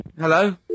Hello